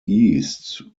east